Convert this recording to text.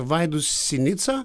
vaidu sinica